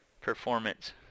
performance